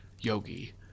Yogi